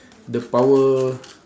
the power